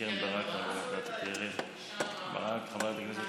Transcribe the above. קרן ברק, חברת הכנסת